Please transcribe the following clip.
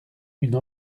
une